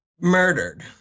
murdered